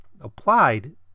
applied